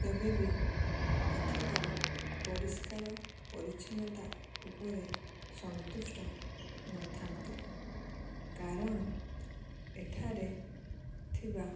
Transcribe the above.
କେବେବି ଏଠିକାର ପରିସ୍କାର ପରିଚ୍ଛନତା ଉପରେ ସନ୍ତୁଷ୍ଟ ନଥାନ୍ତି କାରଣ ଏଠାରେ ଥିବା